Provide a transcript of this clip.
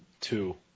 two